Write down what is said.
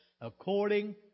according